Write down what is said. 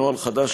נוהל חדש,